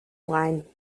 line